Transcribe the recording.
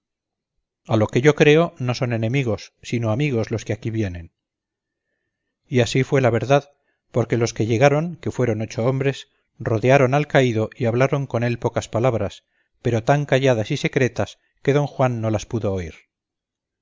a lo que yo creo no son enemigos sino amigos los que aquí vienen y así fue la verdad porque los que llegaron que fueron ocho hombres rodearon al caído y hablaron con él pocas palabras pero tan calladas y secretas que don juan no las pudo oír